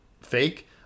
fake